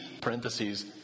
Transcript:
parentheses